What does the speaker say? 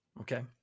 Okay